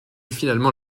finalement